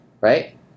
right